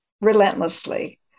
relentlessly